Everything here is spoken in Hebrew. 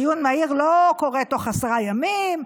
דיון מהיר לא קורה תוך עשרה ימים,